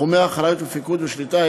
תחומי אחריות ופיקוד ושליטה,